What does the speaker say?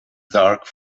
dark